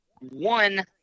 one